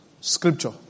scripture